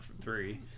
three